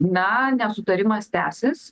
na nesutarimas tęsis